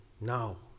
now